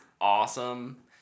awesome